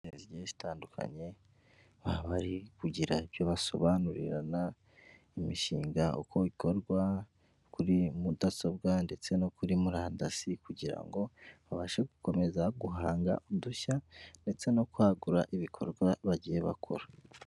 Zigiye zitandukanye, baba bari kugira ibyo basobanurana, imishinga uko ikorwa kuri mudasobwa, ndetse no kuri murandasi, kugira ngo babashe gukomeza guhanga udushya, ndetse no kwagura ibikorwa bagiye bakora.